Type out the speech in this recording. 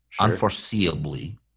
unforeseeably